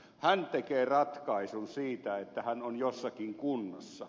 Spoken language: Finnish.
hän tekee ratkaisun siitä että hän on jossakin kunnassa